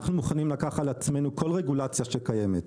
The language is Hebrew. אנחנו מוכנים לקחת על עצמנו כל רגולציה שקיימת,